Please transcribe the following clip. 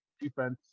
defense